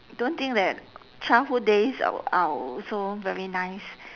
don't think that childhood days are also very nice